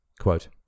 Quote